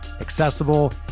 accessible